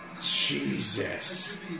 Jesus